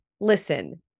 Listen